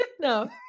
No